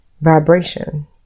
vibration